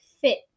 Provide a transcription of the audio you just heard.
fit